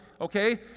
okay